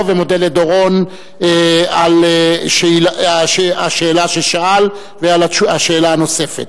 ומודה לדורון על השאלה ששאל ועל השאלה הנוספת.